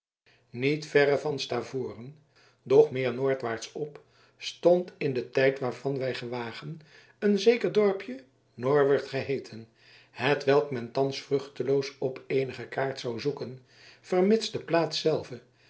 niet verre van stavoren doch meer noordwaarts op stond in den tijd waarvan wij gewagen een zeker dorpje norwert geheeten hetwelk men thans vruchteloos op eenige kaart zou zoeken vermits de plaats zelve